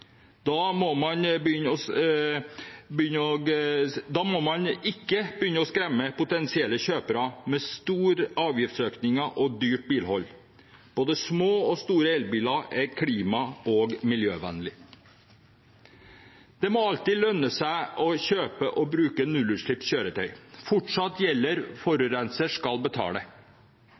Da må man ikke begynne å skremme potensielle kjøpere med store avgiftsøkninger og dyrt bilhold. Både små og store elbiler er klima- og miljøvennlig. Det må alltid lønne seg å kjøpe og bruke nullutslippskjøretøy. Fortsatt gjelder det at forurenser skal betale.